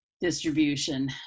distribution